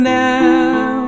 now